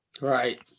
Right